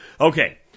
Okay